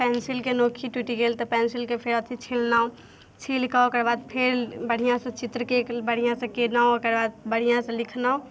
पेन्सिलके नोखी टुटि गेल तऽ पेन्सिलके फेर अथी छीललहुँ छीलकऽ ओकरबाद फेर बढ़िआँसँ चित्रके बढ़िआँसँ केनहुँ ओकरबाद बढ़िआँसँ लिखनहुँ